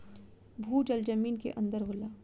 भूजल जमीन के अंदर होला